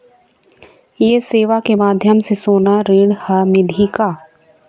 ये सेवा के माध्यम से सोना ऋण हर मिलही का?